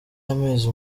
amezi